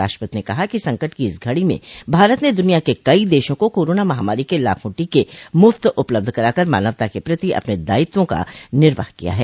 राष्ट्रपति ने कहा कि संकट की इस घड़ी में भारत ने दुनिया के कई देशों को कोरोना महामारी के लाखों टीके मूफ्त उपलब्ध कराकर मानवता के प्रति अपने दायित्वों का निर्वाह किया है